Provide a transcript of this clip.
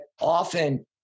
often